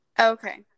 Okay